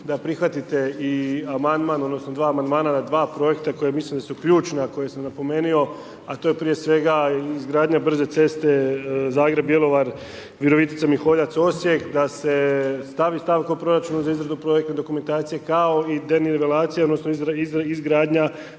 da prihvatite i amandman odnosno dva amandmana na dva projekta koja mislim da su ključna koja sam napomenio, a to je prije svega izgradnja brze ceste Zagreb, Bjelovar, Virovitica, Miholjac, Osijek da se stavi stavka u proračun za izradu projektne dokumentacije, kao i denivelacija odnosno izgradnja